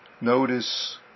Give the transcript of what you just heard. notice